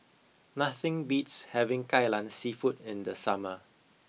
nothing beats having kai lan seafood in the summer